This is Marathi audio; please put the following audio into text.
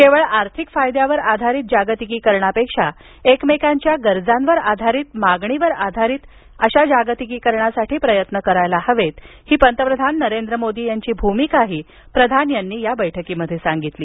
केवळ आर्थिक फायद्यावर आधारित जागतिकीकरणापेक्षा एकमेकांच्या गरजांवर आधारित मागणीवर आधारित जागतिकीकरणासाठी प्रयत्न करायला हवेत ही पंतप्रधान नरेंद्र मोदी यांची भूमिकाही प्रधान यांनी बैठकीत सांगितली